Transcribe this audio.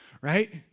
right